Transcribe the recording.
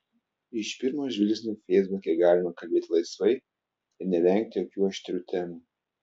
iš pirmo žvilgsnio feisbuke galima kalbėti laisvai ir nevengti jokių aštrių temų